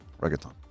reggaeton